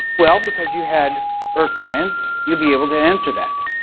well, because you had earth science you'll be able to answer that.